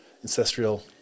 ancestral